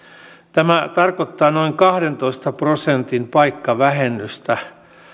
tämä tarkoittaa noin kahdentoista prosentin paikkavähennystä